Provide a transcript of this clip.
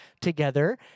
together